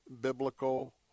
biblical